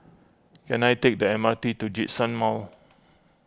can I take the M R T to Djitsun Mall